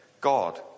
God